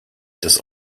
des